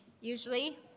usually